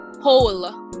whole